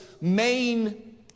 main